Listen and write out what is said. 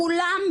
כולם,